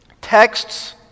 texts